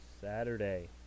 Saturday